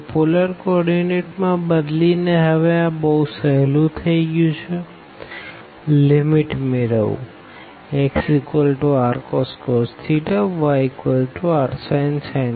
તો polar coordinate માં બદલી ને હવે આ બૌ સહેલું થઇ ગયું છે લીમીટ મેળવવું xrcos yrsin Jrમુકીને